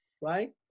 right